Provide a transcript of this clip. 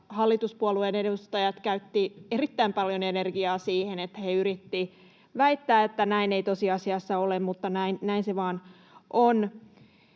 hallituspuolueiden edustajat käyttivät erittäin paljon energiaa siihen, että he yrittivät väittää, että näin ei tosiasiassa ole, niin näin se vaan on.